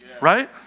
right